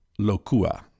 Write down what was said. Locua